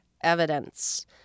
evidence